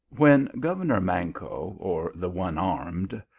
when governor manco, or the one-armed,